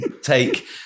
take